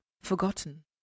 Forgotten